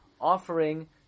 offering